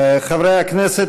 חברי הכנסת,